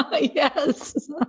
Yes